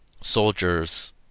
soldiers